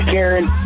Karen